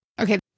Okay